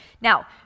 Now